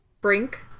Brink